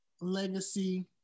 Legacy